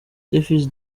davis